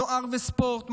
נוער וספורט,